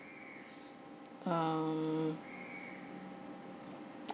err